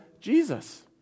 Jesus